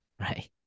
Right